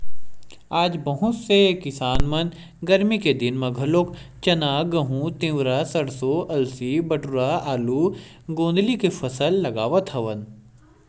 आज बहुत से किसान मन गरमी के दिन म घलोक चना, गहूँ, तिंवरा, सरसो, अलसी, बटुरा, आलू, गोंदली के फसल लगावत हवन